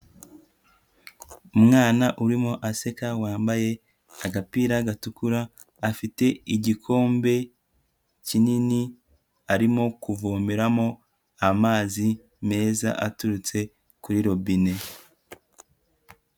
Umwana urimo aseka wambaye agapira gatukura, afite igikombe kinini arimo kuvomeramo amazi meza aturutse kuri robine.